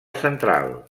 central